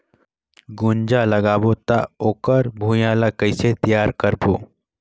गुनजा लगाबो ता ओकर भुईं ला कइसे तियार करबो?